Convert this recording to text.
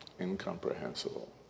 Incomprehensible